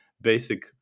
basic